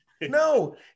No